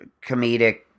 comedic